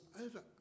over